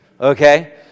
Okay